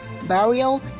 burial